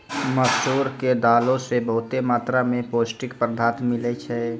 मसूर के दालो से बहुते मात्रा मे पौष्टिक पदार्थ मिलै छै